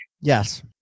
Yes